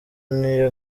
niyo